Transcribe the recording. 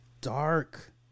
dark